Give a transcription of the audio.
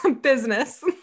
business